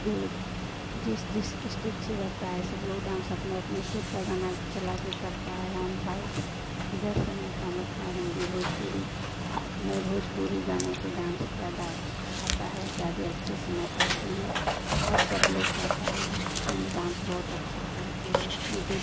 जो जिस जिस इस्टेट से रहता है सब लोग डांस अपने अपने इस्टेट का गाना चला कर करता है हम भाई इधर से हैं तो हम अपना हिन्दी भोजपुरी हमें भोजपुरी गाने पर डांस ज़्यादा अच्छ आता है जादे अच्छे से मैं करती हूँ अब सब लोग कहता है कि तुम डांस बहुत अच्छा करती हो मुझे भी